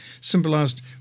symbolized